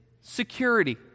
security